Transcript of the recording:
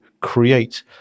create